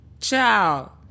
ciao